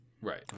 Right